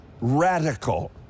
radical